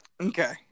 Okay